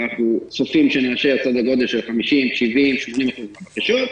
ואנחנו צופים שנאשר סדר גודל של 50%,70%,80% מהבקשות.